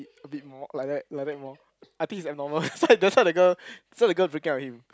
a a bit more like that like that more I think it's abnormal that's why that's why the girl that's why the girl breaking up with him